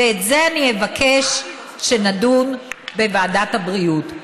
ועל זה אבקש שנדון בוועדת הבריאות.